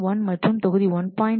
1 மற்றும் தொகுதி 1